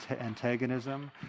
antagonism